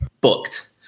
booked